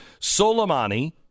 Soleimani